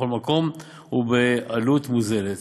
בכל מקום ובעלות מוזלת.